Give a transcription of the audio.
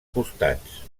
costats